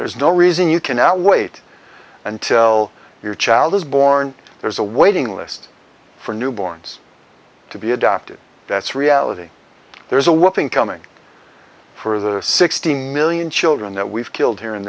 there is no reason you can now wait until your child is born there's a waiting list for newborns to be adopted that's reality there's a whopping coming for the sixteen million children that we've killed here in